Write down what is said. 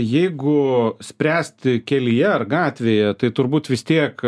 jeigu spręsti kelyje ar gatvėje tai turbūt vis tiek